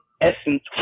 essence